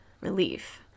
Relief